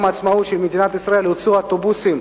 העצמאות של מדינת ישראל שהוצאו אוטובוסים,